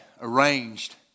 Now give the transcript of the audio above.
arranged